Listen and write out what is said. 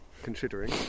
considering